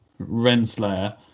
Renslayer